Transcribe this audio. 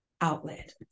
outlet